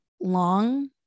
long